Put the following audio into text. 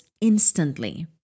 instantly